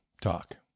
talk